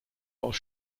aus